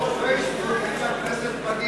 מרוב פייסבוק אין לכנסת פנים.